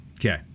Okay